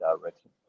direction